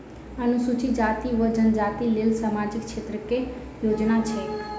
अनुसूचित जाति वा जनजाति लेल सामाजिक क्षेत्रक केँ योजना छैक?